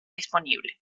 disponible